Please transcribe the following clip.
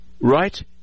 right